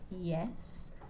Yes